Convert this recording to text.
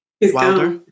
Wilder